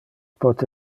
pote